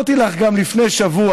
אמרתי לך גם לפני שבוע,